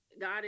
God